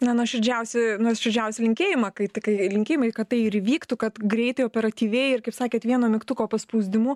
na nuoširdžiausi nuoširdžiausi linkėjimai kai tik kai linkėjimai kad tai ir įvyktų kad greitai operatyviai ir kaip sakėt vieno mygtuko paspausdimu